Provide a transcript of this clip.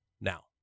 now